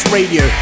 Radio